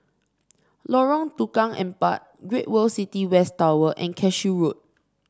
Lorong Tukang Empat Great World City West Tower and Cashew Road